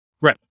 Right